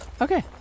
Okay